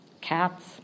cats